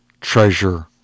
treasure